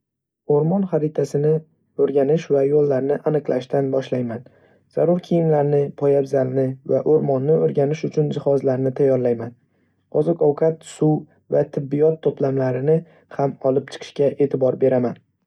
O'rmon xaritasini o‘rganish va yo‘llarni aniqlashdan boshlayman. Zarur kiyimlarni, poyabzalni va o'rmonni o'rganish uchun jihozlarni tayyorlayman. Oziq-ovqat, suv va tibbiyot to'plamini ham olib chiqishga e'tibor beraman.